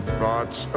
thoughts